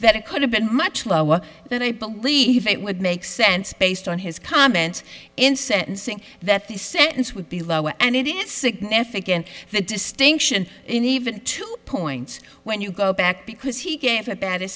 that it could have been much lower but i believe it would make sense based on his comments in sentencing that the sentence would be low and it is significant the distinction in even two points when you go back because he gave a bad